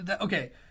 Okay